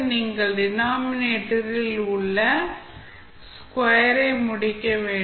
நீங்கள் டினாமினேட்டர் ல் உள்ள ஸ்கொயர் ஐ முடிக்க வேண்டும்